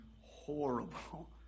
horrible